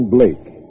Blake